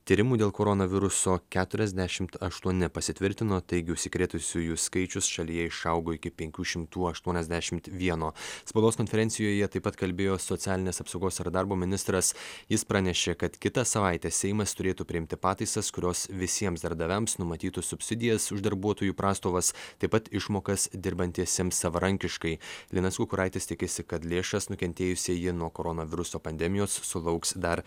tyrimų dėl koronaviruso keturiasdešimt aštuoni pasitvirtino taigi užsikrėtusiųjų skaičius šalyje išaugo iki penkių šimtų aštuoniasdešimt vieno spaudos konferencijoje taip pat kalbėjo socialinės apsaugos ir darbo ministras jis pranešė kad kitą savaitę seimas turėtų priimti pataisas kurios visiems darbdaviams numatytų subsidijas už darbuotojų prastovas taip pat išmokas dirbantiesiems savarankiškai linas kukuraitis tikisi kad lėšas nukentėjusieji nuo koronaviruso pandemijos sulauks dar